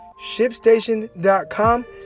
Shipstation.com